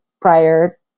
prior